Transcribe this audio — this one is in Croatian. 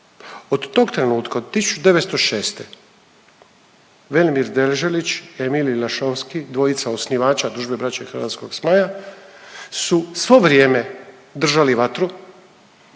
Od tog trenutka, od 1906., Velimir Deželić i Emilij Laszowski, dvojica osnivača Družbe Braće Hrvatskog Zmaja su svo vrijeme držali vatru